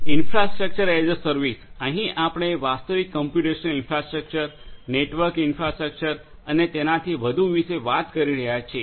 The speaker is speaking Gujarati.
ઇન્ફ્રાસ્ટ્રક્ચર એઝ એ સર્વિસ અહીં આપણે વાસ્તવિક કોમ્પ્યુટેશનલ ઇન્ફ્રાસ્ટ્રક્ચર નેટવર્ક ઇન્ફ્રાસ્ટ્રક્ચર અને તેનાથી વધુ વિશે વાત કરી રહ્યા છીએ